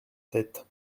tête